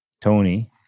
Tony